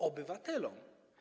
Obywatelom.